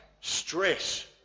stress